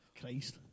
Christ